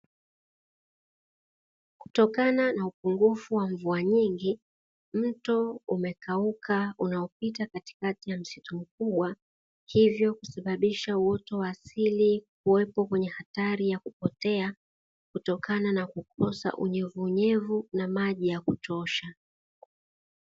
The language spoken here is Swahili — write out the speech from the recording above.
Kutokana na upungufu wa mvua nyingi mto umekauka unaopita katikati ya msitu mkubwa, hivyo kusababisha uoto wa asili kuwepo kwenye hatari ya kupotea kutokana na kukosa unyevu unyevu na maji ya kutosha.